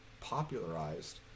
popularized